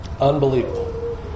Unbelievable